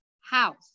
house